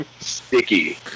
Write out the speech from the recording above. sticky